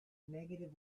negative